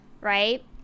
right